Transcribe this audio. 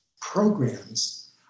programs